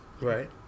Right